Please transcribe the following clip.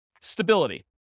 Stability